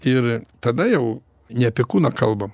ir tada jau ne apie kūną kalbam